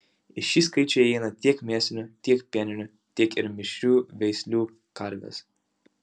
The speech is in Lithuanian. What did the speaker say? į šį skaičių įeina tiek mėsinių tiek pieninių tiek ir mišrių veislių karvės